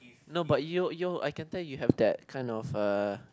no you're you're I can tell you have that kind of uh